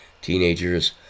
teenagers